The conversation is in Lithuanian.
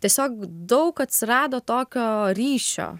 tiesiog daug atsirado tokio ryšio